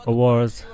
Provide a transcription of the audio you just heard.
Awards